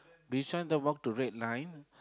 Bishan the walk to red line